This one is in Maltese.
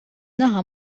naħa